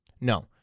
No